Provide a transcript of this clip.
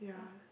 yeah